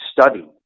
study